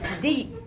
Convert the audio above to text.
Deep